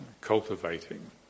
cultivating